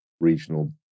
regional